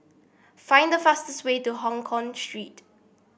find the fastest way to Hongkong Street